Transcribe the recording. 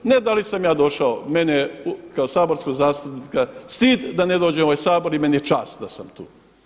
Ne da li sam ja došao, mene je kao saborskog zastupnika stid da ne dođem u ovaj Sabor i meni je čast da sam tu.